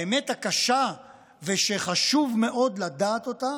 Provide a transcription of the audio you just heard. האמת הקשה ושחשוב מאוד לדעת אותה